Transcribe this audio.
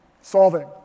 solving